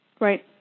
Right